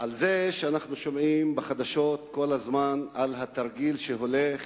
על זה שאנחנו שומעים בחדשות כל הזמן על התרגיל שהולך